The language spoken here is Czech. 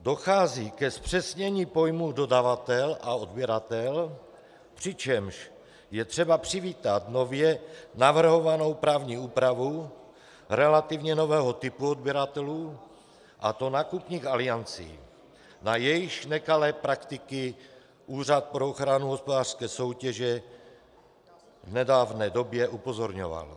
Dochází ke zpřesnění pojmu dodavatel a odběratel, přičemž je třeba přivítat nově navrhovanou právní úpravu relativně nového typu odběratelů, a to nákupních aliancí, na jejichž nekalé praktiky Úřad pro ochranu hospodářské soutěže v nedávné době upozorňoval.